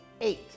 eight